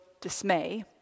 dismay